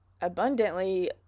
abundantly